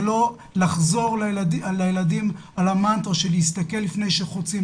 שיחזרו בפני הילדים על המנטרה של הסתכלות לפני שחוצים,